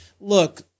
look